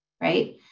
right